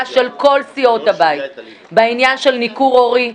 של כל סיעות הבית בעניין של ניכור הורי.